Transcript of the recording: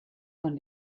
von